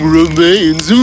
remains